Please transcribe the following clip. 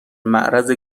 معرض